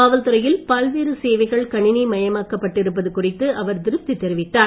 காவல்துறையில் பல்வேறு சேவைகள் கணினி மயமாக்கப்பட்டு இருப்பது குறித்து அவர் திருப்தி தெரிவித்தார்